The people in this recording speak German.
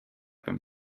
beim